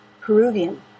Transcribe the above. Peruvian